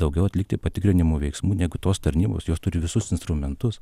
daugiau atlikti patikrinimų veiksmų negu tos tarnybos jos turi visus instrumentus